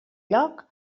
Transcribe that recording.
lloc